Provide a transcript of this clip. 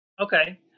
Okay